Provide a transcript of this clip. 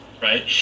right